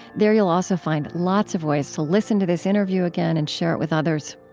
there you'll also find lots of ways to listen to this interview again and share it with others.